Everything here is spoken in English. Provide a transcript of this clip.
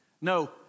No